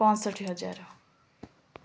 ପଞ୍ଚଷଠି ହଜାର